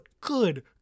good